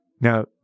Now